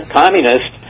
communist